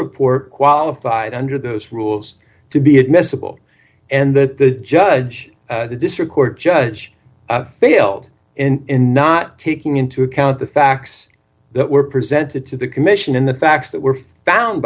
report qualified under those rules to be admissible and that the judge the district court judge failed in not taking into account the facts that were presented to the commission in the facts that were found